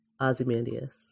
Ozymandias